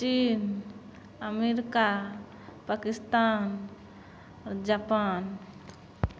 चीन America Pakistan Japan